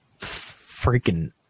freaking